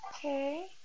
Okay